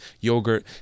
Yogurt